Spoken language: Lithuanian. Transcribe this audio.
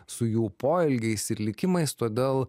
su jų poelgiais ir likimais todėl